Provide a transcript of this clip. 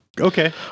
Okay